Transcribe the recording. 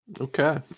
Okay